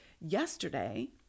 yesterday